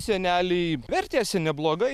seneliai vertėsi neblogai